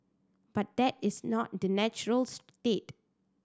but that is not the natural state